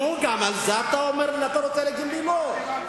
נו, גם על זה אתה רוצה להגיד לי, לא?